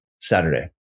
Saturday